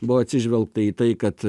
buvo atsižvelgta į tai kad